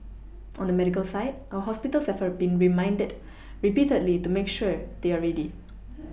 on the medical side our hospitals have been reminded repeatedly to make sure they are ready